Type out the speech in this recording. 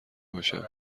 باشن